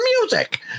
music